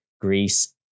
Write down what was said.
Greece